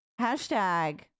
Hashtag